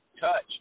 touch